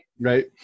right